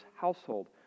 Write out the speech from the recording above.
household